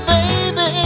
Baby